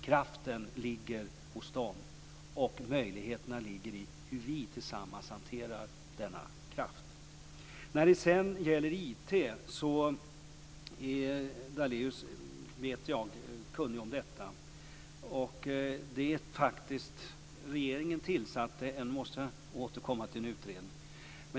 Kraften ligger hos dem, och möjligheterna ligger i hur vi tillsammans hanterar denna kraft. När det sedan gäller IT vet jag att Daléus är kunnig om detta. Regeringen har tillsatt - nu måste jag återkomma till detta - en utredning.